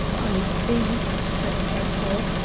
i think, said pearsall,